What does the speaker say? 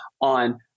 on